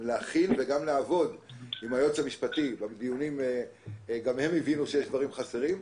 וגם לעבוד עם היועץ המשפטי שגם הם הבינו שיש דברים חסרים.